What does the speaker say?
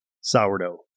Sourdough